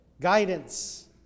guidance